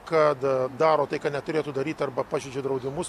kad daro tai ką neturėtų daryt arba pažeidžia draudimus